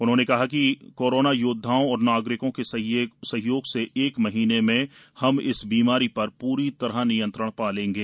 हम कोरोना योध्दाओं और नागरिकों के सहयोग से एक महीने में हम इस बीमारी पर पूरी तरह नियंत्रण पा लेंगे